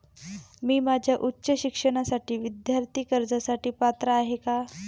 मी माझ्या उच्च शिक्षणासाठी विद्यार्थी कर्जासाठी पात्र आहे का?